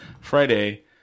Friday